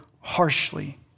harshly